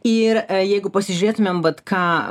ir jeigu pasižiūrėtumėm vat ką